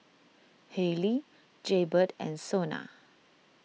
Haylee Jaybird and Sona